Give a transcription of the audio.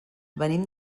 venim